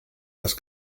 was